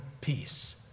peace